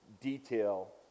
detail